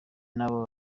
nabo